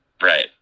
Right